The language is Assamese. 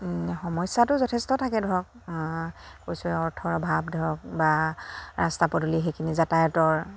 সমস্যাটো যথেষ্ট থাকে ধৰক কৈছোৱে অৰ্থৰ অভাৱ ধৰক বা ৰাস্তা পদূলি সেইখিনি যাতায়তৰ